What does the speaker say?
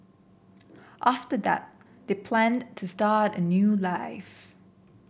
after that they planned to start a new life